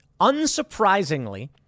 Unsurprisingly